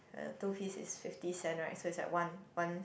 um two piece is fifty cents right so is like one one